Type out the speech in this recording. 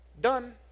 Done